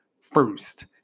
first